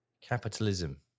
capitalism